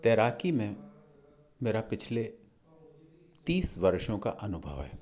तैराकी में मेरा पिछले तीस वर्षों का अनुभव है